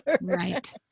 Right